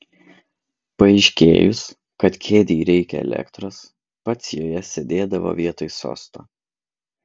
paaiškėjus kad kėdei reikia elektros pats joje sėdėdavo vietoj sosto